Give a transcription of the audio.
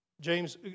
James